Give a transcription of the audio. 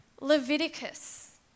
Leviticus